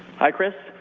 hi, chris.